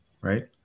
Right